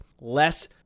less